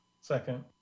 Second